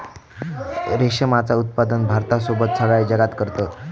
रेशमाचा उत्पादन भारतासोबत सगळ्या जगात करतत